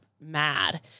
mad